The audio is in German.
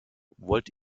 wollt